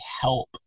help